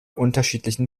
unterschiedlichen